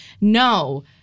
No